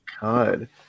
God